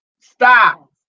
stop